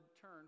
turn